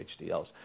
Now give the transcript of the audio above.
HDLs